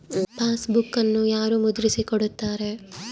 ಪಾಸ್ಬುಕನ್ನು ಯಾರು ಮುದ್ರಿಸಿ ಕೊಡುತ್ತಾರೆ?